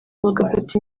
bagafata